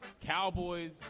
Cowboys